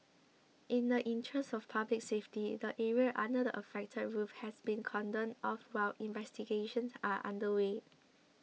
in the interest of public safety the area under the affected roof has been cordoned off while investigations are underway